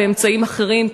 באמצעים אחרים,